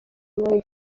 mubona